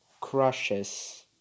Crushes